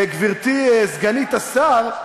גברתי סגנית השר,